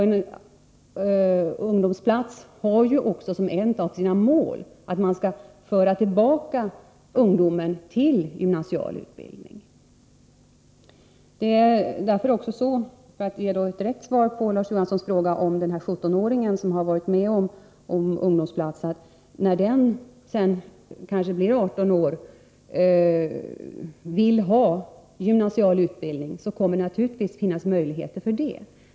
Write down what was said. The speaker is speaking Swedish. En ungdomsplats har också som ett av sina mål att man skall föra tillbaka ungdomen till gymnasial utbildning. Som ett direkt svar på Larz Johanssons fråga om 17-åringen som haft ungdomsplats och kanske sedan vid 18 år vill ha gymnasieplats, kan jag säga att det naturligtvis kommer att finnas möjligheter till det.